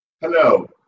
Hello